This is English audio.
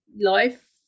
life